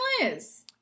Liz